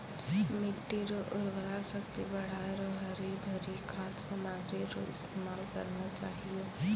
मिट्टी रो उर्वरा शक्ति बढ़ाएं रो हरी भरी खाद सामग्री रो इस्तेमाल करना चाहियो